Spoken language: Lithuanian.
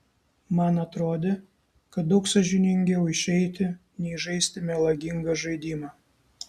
man atrodė kad daug sąžiningiau išeiti nei žaisti melagingą žaidimą